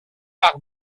par